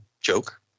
joke